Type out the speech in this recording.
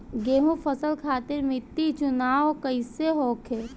गेंहू फसल खातिर मिट्टी चुनाव कईसे होखे?